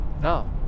No